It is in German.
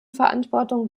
verantwortung